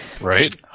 Right